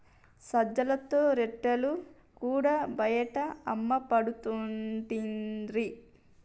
సజ్జలతో రొట్టెలు కూడా బయట అమ్మపడుతుంటిరి